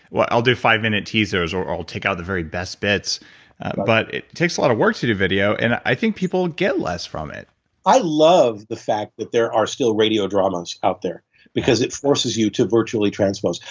i'll do five minute teasers or i'll take out the very best bits but it takes a lot of work to do video and i think people get less from it i love the fact that there are still radio dramas out there because it forces you to virtually transpose.